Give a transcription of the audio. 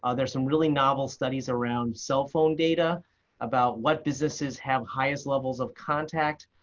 ah there's some really novel studies around cell phone data about what businesses have highest levels of contact,